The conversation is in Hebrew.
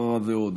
ערערה ועוד.